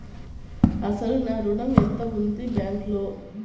అసలు నా ఋణం ఎంతవుంది బ్యాంక్లో?